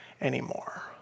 anymore